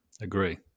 Agree